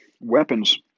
weapons